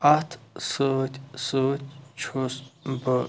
اَتھ سۭتۍ سۭتۍ چھُس بہٕ